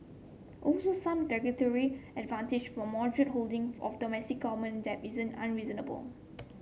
also some regulatory advantage for moderate holding of domestic government debt isn't unreasonable